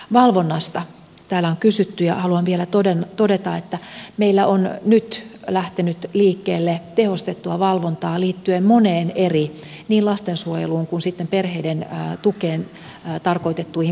valvonnasta täällä on kysytty ja haluan vielä todeta että meillä on nyt lähtenyt liikkeelle tehostettua valvontaa liittyen moniin eri palveluihin niin lastensuojeluun kuin sitten perheiden tukeen tarkoitettuihin palveluihin